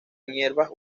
hierbas